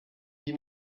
die